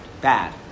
Bad